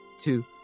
two